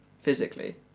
physically